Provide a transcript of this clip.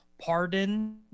pardon